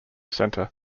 centre